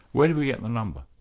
where do we get the number?